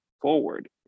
forward